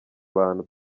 abantu